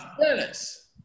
dennis